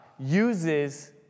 uses